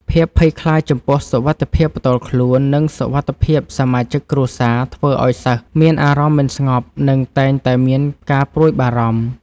ភាពភ័យខ្លាចចំពោះសុវត្ថិភាពផ្ទាល់ខ្លួន និងសុវត្ថិភាពសមាជិកគ្រួសារធ្វើឱ្យសិស្សមានអារម្មណ៍មិនស្ងប់ និងតែងតែមានការព្រួយបារម្ភ។